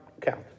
count